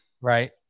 Right